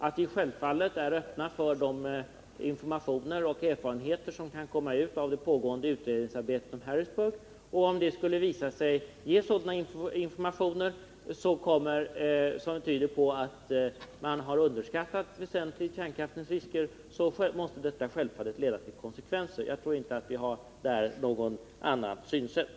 Vi är självfallet öppna för de informationer och erfarenheter som kan komma ut av det pågående utredningsarbetet rörande Harrisburgolyckan, och om det skulle visa sig ge informationer som tyder på att man väsentligt har underskattat kärnkraftens risker måste det givetvis leda till konsekvenser. Jag tror inte att vi därvidlag har skilda synsätt.